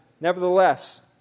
nevertheless